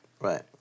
Right